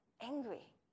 angry